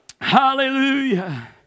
Hallelujah